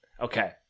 Okay